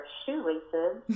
shoelaces